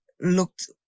looked